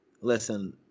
Listen